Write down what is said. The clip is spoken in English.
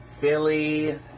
Philly